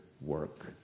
work